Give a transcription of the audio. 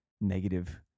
negative